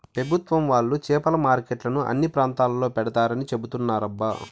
పెభుత్వం వాళ్ళు చేపల మార్కెట్లను అన్ని ప్రాంతాల్లో పెడతారని చెబుతున్నారబ్బా